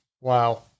Wow